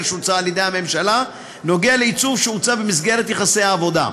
שהוצע על ידי הממשלה קשור לעיצוב שנעשה במסגרת יחסי עבודה.